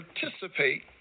participate